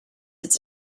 its